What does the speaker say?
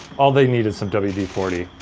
all they need is some wd forty.